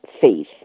faith